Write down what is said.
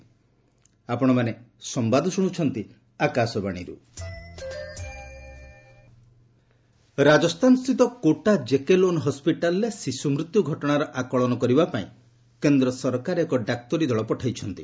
centre team Kota Rajasthan ସ୍ଥିତ Kota JK Lon ହସ୍କିଟାଲରେ ଶିଶୁ ମୃତ୍ୟୁ ଘଟଣାର ଆକଳନ କରିବା ପାଇଁ କେନ୍ଦ୍ର ସରକାର ଏକ ଡାକ୍ତରୀଦଳ ପଠାଇଛନ୍ତି